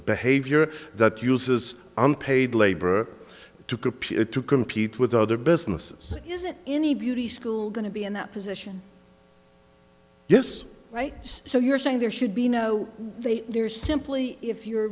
behavior that uses unpaid labor to keep it to compete with other businesses in the beauty school going to be in that position yes right so you're saying there should be no they're simply if you're